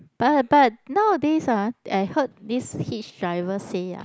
but but nowadays ah I heard this hitch driver say ah